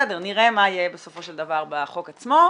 בסדר, נראה מה יהיה בסופו של דבר בחוק עצמו.